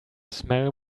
smell